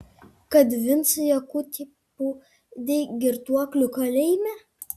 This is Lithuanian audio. kad vincą jakutį pūdei girtuoklių kalėjime